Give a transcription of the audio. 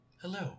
Hello